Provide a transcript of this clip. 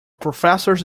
professor’s